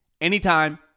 anytime